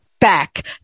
back